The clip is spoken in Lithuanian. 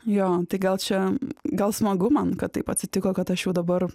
jo tai gal čia gal smagu man kad taip atsitiko kad aš jau dabar